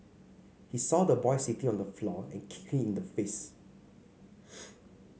he saw the boy sitting on the floor and kicked him in the face